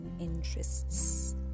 interests